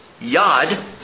yod